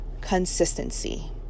consistency